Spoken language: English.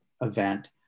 event